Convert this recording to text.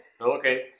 Okay